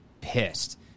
pissed